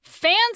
Fans